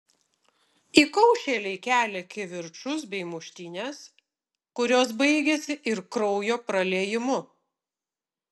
įkaušėliai kelia kivirčus bei muštynes kurios baigiasi ir kraujo praliejimu